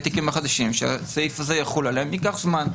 התיקים החדשים שהסעיף הזה יחול עליהם ייקח זמן.